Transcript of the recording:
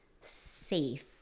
safe